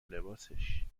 لباسش